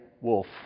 wolf